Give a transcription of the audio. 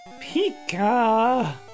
Pika